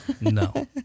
No